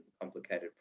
complicated